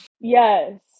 Yes